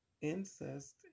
incest